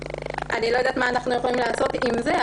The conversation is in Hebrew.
אני לא יודעת מה אנחנו יכולים לעשות עם זה,